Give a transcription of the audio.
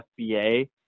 FBA